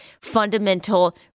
fundamental